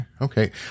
Okay